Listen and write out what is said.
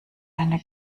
eine